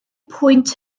pwynt